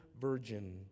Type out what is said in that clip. virgin